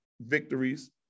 victories